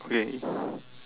okay